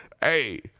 Hey